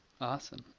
Awesome